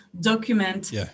document